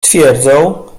twierdzą